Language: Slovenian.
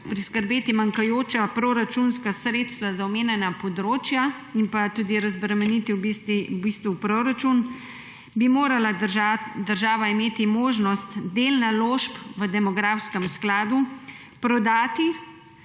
priskrbeti manjkajoča proračunska sredstva za omenjena področja in tudi razbremenitev proračuna, bi morala država imeti možnost del naložb v demografskem skladu prodati